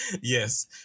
Yes